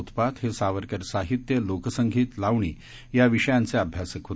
उत्पात हे सावरकर साहित्य लोकसंगीत लावणी या विषयांचे अभ्यासक आहेत